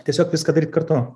tiesiog viską daryt kartu